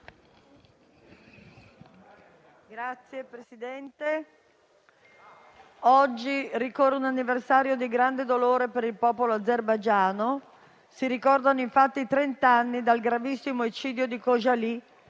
Signor Presidente, oggi ricorre un anniversario di grande dolore per il popolo azerbaigiano: si ricordano infatti i trent'anni dal grandissimo eccidio di Khojaly,